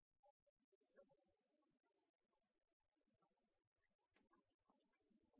Det